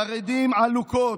חרדים עלוקות,